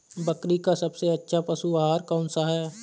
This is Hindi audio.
बकरी का सबसे अच्छा पशु आहार कौन सा है?